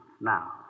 Now